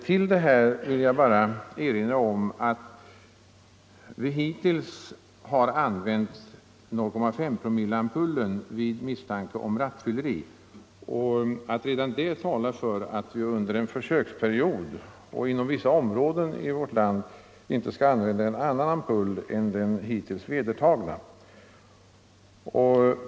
Till det sagda vill jag bara erinra om att vi hittills har använt 0,5 promilleampullen vid misstanke om rattfylleri. Redan detta faktum talar för att vi under en försöksperiod inom vissa områden i vårt land inte skall använda någon annan ampull än den hittills vedertagna.